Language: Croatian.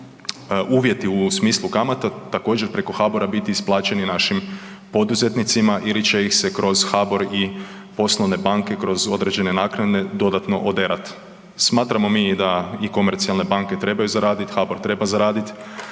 uvjeti u smislu kamata također, preko HBOR-a biti isplaćeni našim poduzetnicima ili će ih se kroz HBOR i poslovne banke kroz određene naknade dodatno oderati. Smatramo mi da i komercijalne banke trebaju zaraditi, HBOR treba zaraditi,